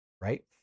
right